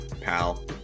Pal